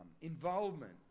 involvement